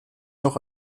noch